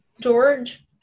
George